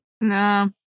No